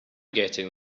getting